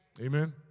Amen